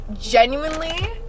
genuinely